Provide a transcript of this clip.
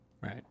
right